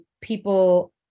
people